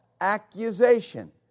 accusation